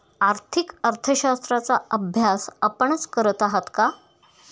आर्थिक अर्थशास्त्राचा अभ्यास आपणच करत आहात का?